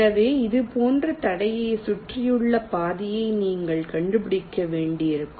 எனவே இது போன்ற தடையைச் சுற்றியுள்ள பாதையை நீங்கள் கண்டுபிடிக்க வேண்டியிருக்கும்